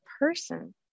person